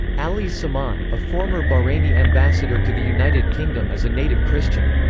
alees samaan, a former bahraini ambassador to the united kingdom is a native christian.